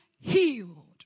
healed